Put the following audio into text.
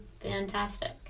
fantastic